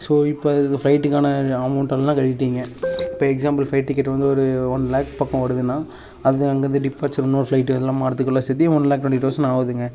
so இப்போ ஃப்ளைட்டுக்கான அமௌண்டெல்லாம் கட்டிவிட்டிங்க இப்போ எக்ஸாம்பிள் ஃப்ளைட் டிக்கெட் வந்து ஒரு ஒன் லேக் பக்கம் வருதுன்னா அது அங்கே இருந்து டிப்பாச்சர்னு ஒரு ஃப்ளைட்டு எல்லாம் மாறுறத்துக்கெல்லாம் சேர்த்தி ஒன் லேக் டொண்ட்டி தௌசண்ட் ஆவுதுங்க